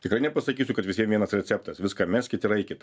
tikrai nepasakysiu kad visiem vienas receptas viską meskit ir eikit